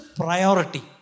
priority